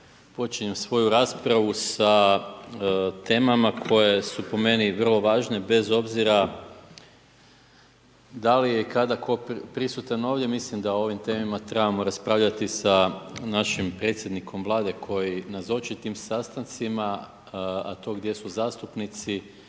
Počinjem svoju raspravu sa temama koje su po meni vrlo važne, bez obzira, da li je i kada tko prisutan ovdje, mislim da o ovim temama trebamo raspravljati sa našim predsjednikom vlade, koji nazoči tim sastancima, a to gdje su zastupnici